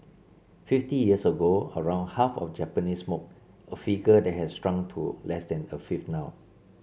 fifty years ago around half of Japanese smoked a figure that has shrunk to less than a fifth now